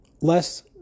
less